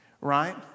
right